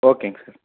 ஓகேங்க சார்